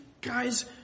guys